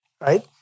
right